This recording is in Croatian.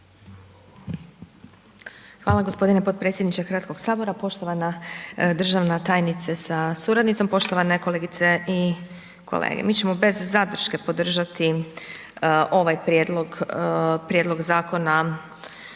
Hvala gospodine potpredsjedniče Hrvatskog sabora. Poštovana državna tajnice sa suradnicom, poštovane kolegice i kolege, mi ćemo bez zadrške podržati ovaj prijedlog,